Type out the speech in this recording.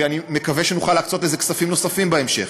ואני מקווה שנוכל להקצות לזה כספים נוספים בהמשך.